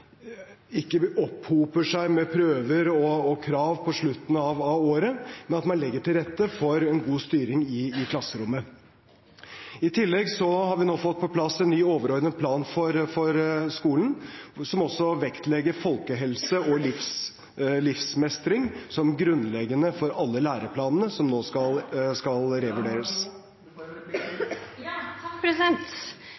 ikke hoper seg opp med prøver og krav på slutten av året, men at man legger til rette for en god styring i klasserommet. I tillegg har vi nå fått på plass en ny overordnet plan for skolen, som også vektlegger folkehelse og livsmestring som grunnleggende for alle læreplanene, som nå skal